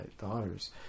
daughters